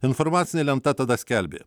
informacinė lenta tada skelbė